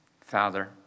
Father